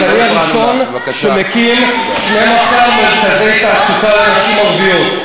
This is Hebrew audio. אז אני הראשון שמקים 12 מרכזי תעסוקה לנשים ערביות.